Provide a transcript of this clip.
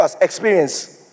experience